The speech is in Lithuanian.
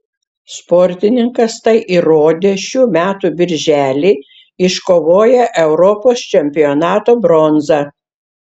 sportininkas tai įrodė šių metų birželį iškovoję europos čempionato bronzą